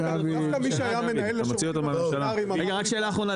-- רק שאלה אחרונה,